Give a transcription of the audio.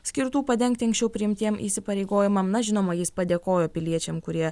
skirtų padengti anksčiau priimtiem įsipareigojimam na žinoma jis padėkojo piliečiam kurie